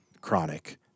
chronic